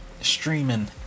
streaming